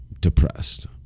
depressed